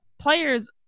players